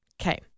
Okay